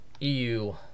EU